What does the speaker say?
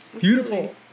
Beautiful